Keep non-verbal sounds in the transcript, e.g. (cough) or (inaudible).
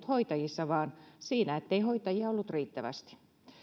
(unintelligible) hoitajissa vaan siinä ettei hoitajia ollut riittävästi